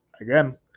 again